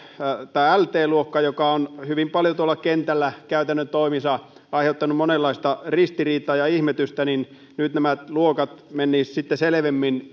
tämä lt luokka joka on hyvin paljon tuolla kentällä käytännön toimissa aiheuttanut monenlaista ristiriitaa ja ihmetystä nyt nämä menisivät sitten selvemmin